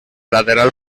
lateral